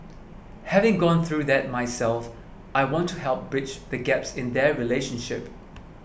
having gone through that myself I want to help bridge the gaps in their relationship